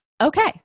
okay